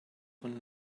von